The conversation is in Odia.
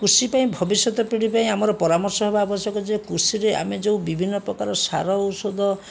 କୃଷିପାଇଁ ଭବିଷ୍ୟତ ପୀଢ଼ି ପାଇଁ ଆମର ପରାମର୍ଶ ହେବା ଆବଶ୍ୟକ ଯେ କୃଷିରେ ଆମେ ଯେଉଁ ବିଭିନ୍ନପ୍ରକାର ସାର ଔଷଧ